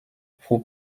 who